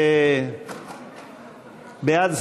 בעד,